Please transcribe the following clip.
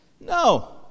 No